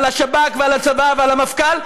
על השב"כ ועל הצבא ועל המפכ"ל,